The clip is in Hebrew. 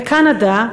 בקנדה,